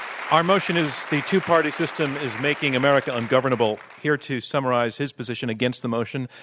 our motion is the two-party system is making america ungovernable. here to summarize his position against the motion,